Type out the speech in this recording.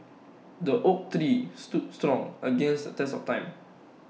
the oak tree stood strong against the test of time